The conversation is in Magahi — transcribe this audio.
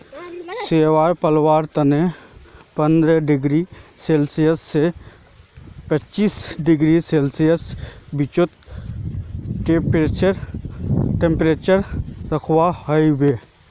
शैवाल पलवार तने पंद्रह डिग्री सेल्सियस स पैंतीस डिग्री सेल्सियसेर बीचत टेंपरेचर रखवा हछेक